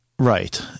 right